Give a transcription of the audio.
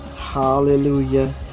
Hallelujah